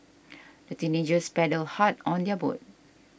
the teenagers paddled hard on their boat